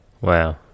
wow